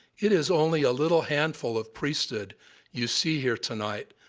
it is only a little handful of priesthood you see here tonight,